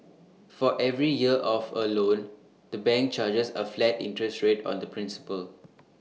for every year of A loan the bank charges A flat interest rate on the principal